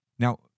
Now